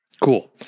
Cool